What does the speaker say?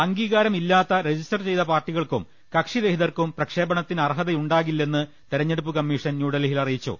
അംഗീകാരമില്ലാത്ത register ചെയ്ത പാർട്ടികൾക്കും കക്ഷി രഹിതർക്കും പ്രക്ഷേപണത്തിന് അർഹതയുണ്ടാകില്ലെന്ന് തെരഞ്ഞെടുപ്പ് കമ്മീഷൻ ന്യൂഡൽഹി യിൽ അറിയിച്ചു